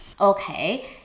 Okay